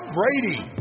Brady